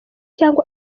cyangwa